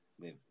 live